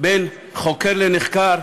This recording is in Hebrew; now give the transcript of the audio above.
בין חוקר לנחקר,